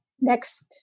next